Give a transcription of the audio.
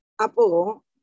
Apo